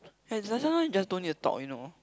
and some~ sometimes you just don't need to talk you know